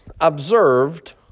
observed